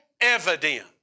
evident